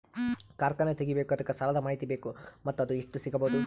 ಕಾರ್ಖಾನೆ ತಗಿಬೇಕು ಅದಕ್ಕ ಸಾಲಾದ ಮಾಹಿತಿ ಬೇಕು ಮತ್ತ ಅದು ಎಷ್ಟು ಸಿಗಬಹುದು?